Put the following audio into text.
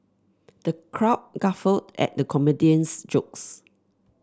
the crowd guffawed at the comedian's jokes